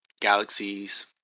galaxies